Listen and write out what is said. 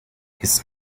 his